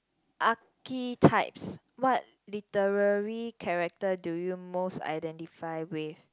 archetypes what literary character do you most identify with